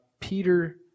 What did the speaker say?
Peter